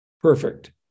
Perfect